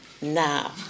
now